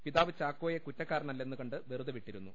പിതാവ് ചാക്കോയെ കുറ്റക്കാരനല്ലെന്ന് കണ്ട് വെറുതെ വിട്ടിരുന്നു